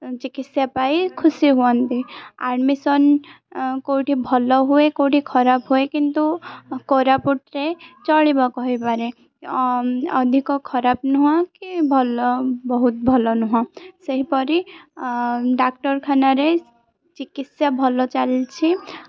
ଚିକିତ୍ସା ପାଇ ଖୁସି ହୁଅନ୍ତି ଆଡ଼ମିସନ୍ କେଉଁଠି ଭଲ ହୁଏ କେଉଁଠି ଖରାପ ହୁଏ କିନ୍ତୁ କୋରାପୁଟରେ ଚଳିବ କହିପାରେ ଅ ଅଧିକ ଖରାପ ନୁହଁ କି ଭଲ ବହୁତ ଭଲ ନୁହଁ ସେହିପରି ଡାକ୍ଟରଖାନାରେ ଚିକିତ୍ସା ଭଲ ଚାଲିଛି